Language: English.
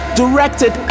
directed